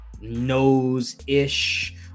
Nose-ish